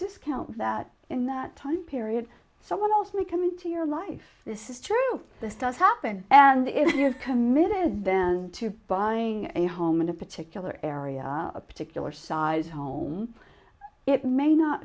discount that in that time period someone else may come into your life this is true this does happen and if you've committed them to buying a home in a particular area a particular size home it may not